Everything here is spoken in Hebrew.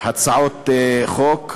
הצעות חוק,